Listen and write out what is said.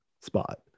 spot